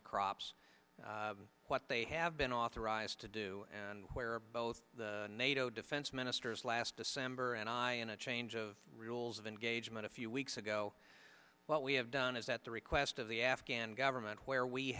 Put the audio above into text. the crops what they have been authorized to do and where both the nato defense ministers last december and i in a change of rules of engagement a few weeks ago what we have done is at the request of the afghan government where we